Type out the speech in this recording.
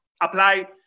apply